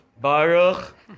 Baruch